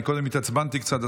קודם התעצבנתי קצת,